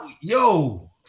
yo